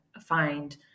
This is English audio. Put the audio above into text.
find